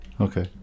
Okay